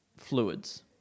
Fluids